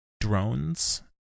drones